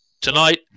tonight